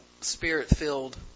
spirit-filled